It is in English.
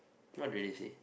what do they say